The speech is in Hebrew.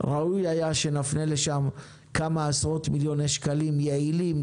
ראוי היה שנפנה לשם כמה עשרות מיליוני שקלים יעילים,